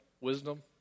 wisdom